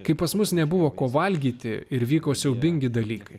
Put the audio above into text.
kaip pas mus nebuvo ko valgyti ir vyko siaubingi dalykai